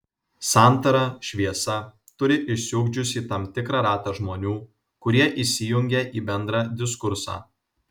santara šviesa turi išsiugdžiusi tam tikrą ratą žmonių kurie įsijungia į bendrą diskursą